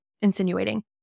insinuating